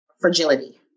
fragility